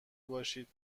باشید